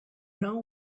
know